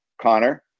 Connor